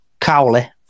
Cowley